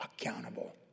accountable